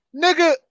Nigga